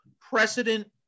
precedent